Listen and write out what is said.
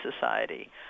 society